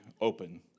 open